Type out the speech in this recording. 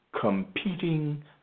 competing